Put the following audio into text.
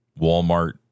Walmart